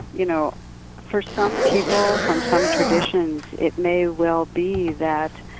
you know for some people from some traditions, it may well be that,